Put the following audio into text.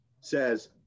says